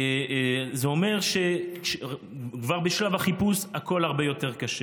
זה אומר שכבר בשלב החיפוש הכול הרבה יותר קשה.